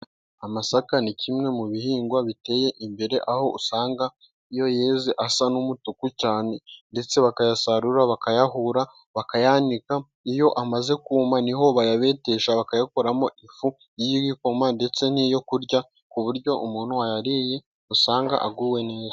Amasaka ni kimwe mu bihingwa biteye imbere aho usanga iyo yeze asa n'umutuku cyane, ndetse bakayasarura bakayahura, bakayanika ,iyo amaze kuma ni ho bayabetesha bakayakoramo ifu y'ibikoma ndetse n'iyo kurya, ku buryo umuntu wayariye usanga aguwe neza.